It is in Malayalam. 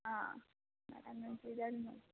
ആ അന്ന് ചെയ്തായിരുന്നു